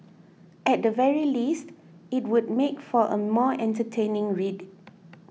at the very least it would make for a more entertaining read